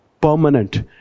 permanent